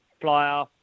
Flyer